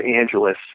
Angeles